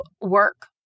work